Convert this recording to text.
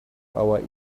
our